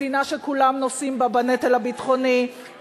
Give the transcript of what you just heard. מדינה שכולם נושאים בה בנטל הביטחוני,